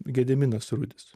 gediminas rudis